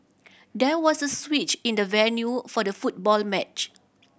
there was a switch in the venue for the football match